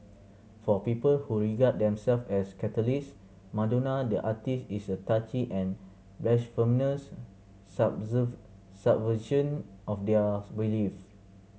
for people who regard themselves as Catholics Madonna the artiste is a touchy and blasphemous subversion of their belief